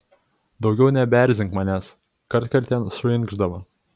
daugiau nebeerzink manęs kartkartėm suinkšdavo